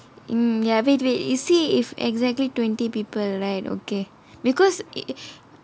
mm ya wait wait you see if exactly twenty people right okay because eh